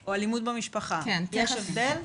או אלימות במשפחה, יש הבדל?